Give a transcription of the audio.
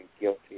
guilty